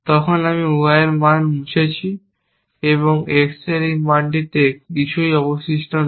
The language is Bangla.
তখন আমি Y এর মান মুছে দিয়েছি এবং X এর এই মানটিতে কিছুই অবশিষ্ট নেই